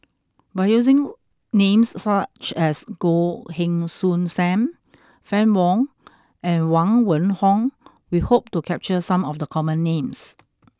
by using names such as Goh Heng Soon Sam Fann Wong and Huang Wenhong we hope to capture some of the common names